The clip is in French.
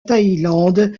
thaïlande